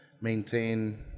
maintain